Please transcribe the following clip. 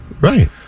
Right